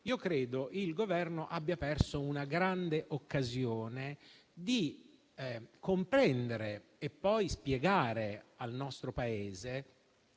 io credo che il Governo abbia perso una grande occasione di comprendere e poi spiegare al nostro Paese